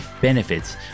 benefits